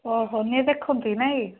ଓଃ ନେଇ ଦେଖନ୍ତି ନାଇ